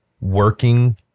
working